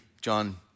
John